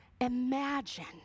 Imagine